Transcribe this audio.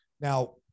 Now